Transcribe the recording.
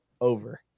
Over